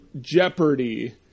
jeopardy